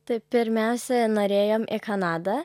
tai pirmiausia norėjom į kanadą